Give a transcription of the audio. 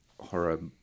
horror